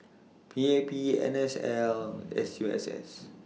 P A P N S L S U S S